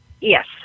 Yes